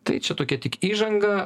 tai čia tokia tik įžanga